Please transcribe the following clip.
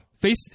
face